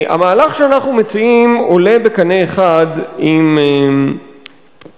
המהלך שאנחנו מציעים עולה בקנה אחד עם פסיקת